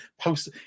post